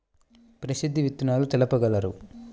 ప్రసిద్ధ విత్తనాలు తెలుపగలరు?